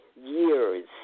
years